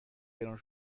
گرون